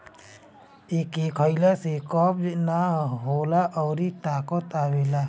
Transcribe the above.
एके खइला से कब्ज नाइ होला अउरी ताकत आवेला